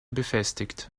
befestigt